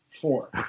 Four